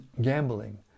gambling